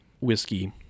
whiskey